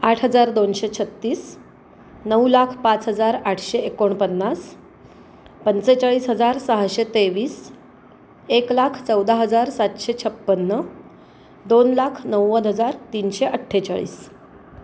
आठ हजार दोनशे छत्तीस नऊ लाख पाच हजार आठशे एकोणपन्नास पंचेचाळीस हजार सहाशे तेवीस एक लाख चौदा हजार सातशे छप्पन्न दोन लाख नव्वद हजार तीनशे अठ्ठेचाळीस